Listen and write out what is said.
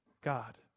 God